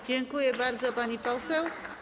Dziękuję bardzo, pani poseł.